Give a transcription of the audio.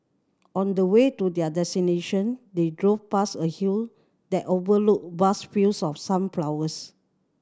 on the way to their destination they drove past a hill that overlooked vast fields of sunflowers